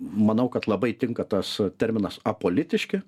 manau kad labai tinka tas terminas apolitiški